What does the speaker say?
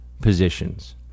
positions